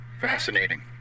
Fascinating